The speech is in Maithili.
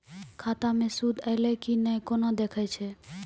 खाता मे सूद एलय की ने कोना देखय छै?